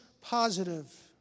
positive